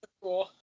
cool